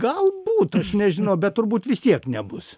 gal būt aš nežinau bet turbūt vis tiek nebus